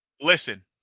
Listen